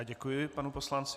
Děkuji panu poslanci.